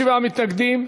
57 מתנגדים,